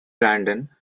brandon